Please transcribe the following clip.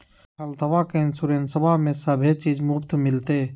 हेल्थबा के इंसोरेंसबा में सभे चीज मुफ्त मिलते?